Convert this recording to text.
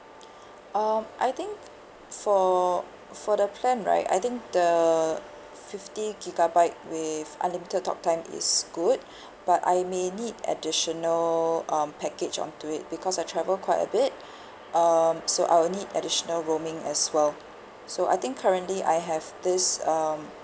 um I think for for the plan right I think the fifty gigabyte with unlimited talk time is good but I may need additional um package on to it because I travel quite a bit um so I will need additional roaming as well so I think currently I have this um